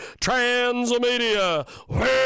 Transmedia